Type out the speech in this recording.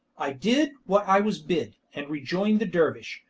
i did what i was bid, and rejoined the dervish,